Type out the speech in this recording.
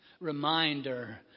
reminder